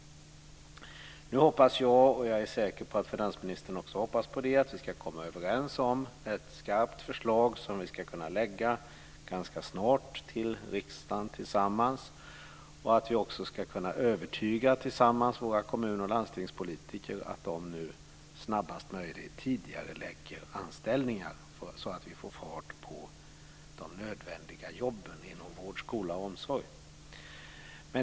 Nu hoppas jag att vi ska komma överens om ett skarpt förslag som vi ska kunna lägga fram för riksdagen tillsammans ganska snart. Jag är säker på att finansministern också hoppas på det. Jag hoppas också att vi tillsammans ska kunna övertyga våra kommun och landstingspolitiker att de snabbast möjligt tidigarelägger anställningar, så att vi får fart på de nödvändiga jobben inom vård, skola och omsorg.